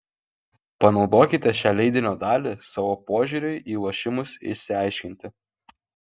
panaudokite šią leidinio dalį savo požiūriui į lošimus išsiaiškinti